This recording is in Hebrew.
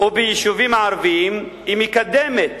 וביישובים הערביים, היא מקדמת